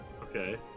Okay